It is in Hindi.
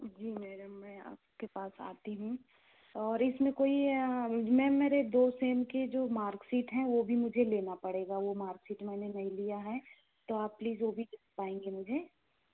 जी मैडम मैं आपके पास आती हूँ और इसमें कोई मैम मेरे दो सेम के जो मार्कशीट है वो भी मुझे लेना पड़ेगा वो मार्कशीट मैंने नहीं लिया है तो आप प्लीज़ वो भी दे पाएंगे मुझे